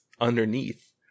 underneath